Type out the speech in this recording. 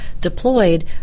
deployed